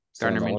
Gardner